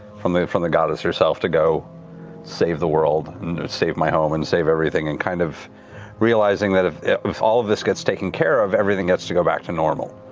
from the from the goddess herself to go save the world and save my home and save everything and kind of realizing that if all of this gets taken care of, everything gets to go back to normal.